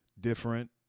different